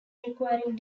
requiring